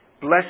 Bless